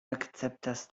akceptas